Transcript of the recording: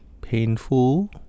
Painful